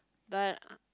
but